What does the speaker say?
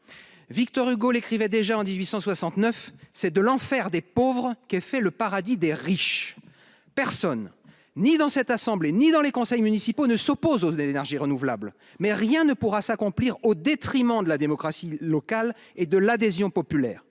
Victor Hugo l'écrivait déjà en 1869 c'est de l'enfer des pauvres qu'est fait le paradis des riches personne ni dans cette assemblée, ni dans les conseils municipaux ne s'opposent aux énergies renouvelables, mais rien ne pourra s'accomplir au détriment de la démocratie locale et de l'adhésion populaire